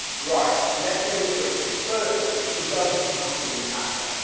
right, let's do this quickly. firstly, it doesn't massively matter.